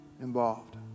involved